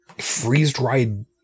freeze-dried